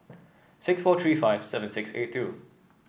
six four three five seven six eight two